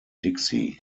dixie